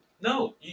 No